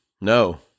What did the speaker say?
No